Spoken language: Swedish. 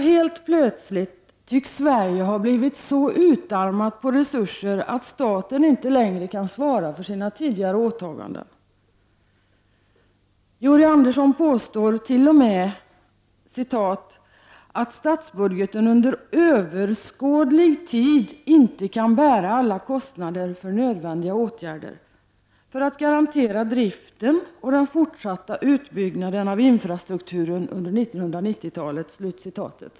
Helt plötsligt tycks Sverige ha blivit så utarmat på resurser att staten inte längre kan svara för sina tidigare åtaganden. Georg Andersson påstår till och med ”att statsbudgeten under överskådlig tid inte kan bära alla kostnader för nödvändiga åtgärder ——--— för att garantera driften och den fortsatta utbyggnaden av infrastrukturen under 1990-talet”.